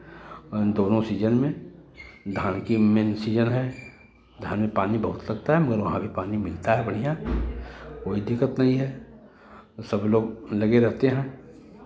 और इन दोनों सीजन में धान की मेन सीजन है धान में पानी बहुत लगता है मगर वहाँ भी पानी मिलता है बढ़ियाँ कोई दिक्कत नहीं है और सब लोग लगे रहते हैं